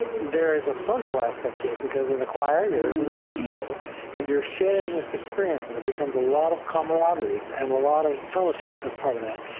there is a social aspect to it because in a choir you are are with people and you are sharing this experience and it becomes a lot of camaraderie and a lot of fellowship as part of that.